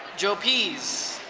jopiz.